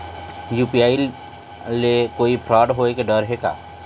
UPI ले कोई fraud होए के डर हे का?